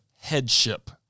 headship